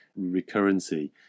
recurrency